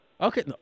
Okay